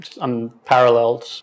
unparalleled